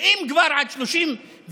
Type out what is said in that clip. ואם כבר עד 31 באוגוסט,